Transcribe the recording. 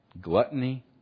gluttony